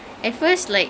mm